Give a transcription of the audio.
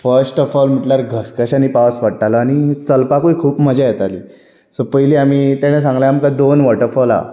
first of all म्हणल्यार घशघश्यानी पावस पडटालो आनी चलपाकूय खूब मजा येताली सो पयलीं आमी तेणें सांगलें आमकां दोन वऑटरफॉल आहा